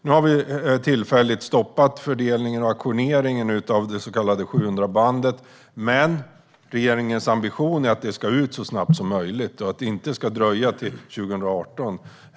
Nu har vi tillfälligt stoppat fördelningen och auktioneringen av det så kallade 700-bandet, men regeringens ambition är att det ska ut så snabbt som möjligt och att det helst inte ska dröja till 2018.